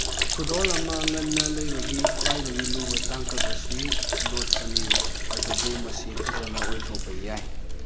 ꯈꯨꯗꯣꯜ ꯑꯃ ꯉꯟꯅ ꯂꯩꯕꯒꯤ ꯈ꯭ꯋꯥꯏꯗꯒꯤ ꯂꯨꯕ ꯇꯥꯡꯀꯛ ꯑꯁꯤ ꯂꯣꯠꯄꯅꯤ ꯑꯗꯨꯕꯨ ꯃꯁꯤ ꯐꯖꯅ ꯑꯣꯏꯊꯣꯛꯄ ꯌꯥꯏ